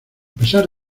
pesar